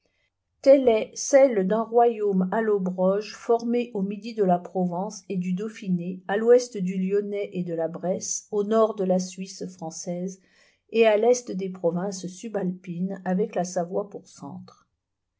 telle est celle d'un royaume allobroge formé au midi do la provence et du dauphiné à l'ouest du lyonnais et de la bresse au nord de la suisse française et à test des provinces subalpines avec la savoie pour centre